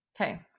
Okay